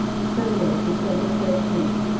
sunday, december thirteenth.